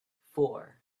four